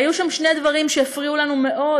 היו שם שני דברים שהפריעו לנו מאוד,